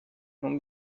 non